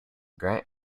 grant